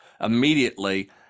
immediately